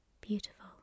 Beautiful